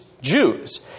Jews